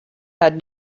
had